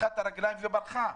לקחה את הרגליים וברחה.